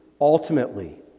ultimately